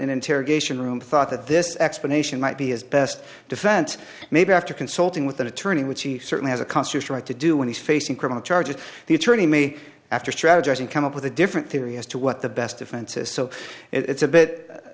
interrogation room thought that this explanation might be his best defense maybe after consulting with an attorney which he certainly has a constitutional right to do when he's facing criminal charges the attorney me after strategizing come up with a different theory as to what the best defense is so it's a bit